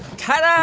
ta-da